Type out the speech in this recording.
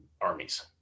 armies